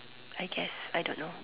I guess I don't know